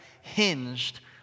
hinged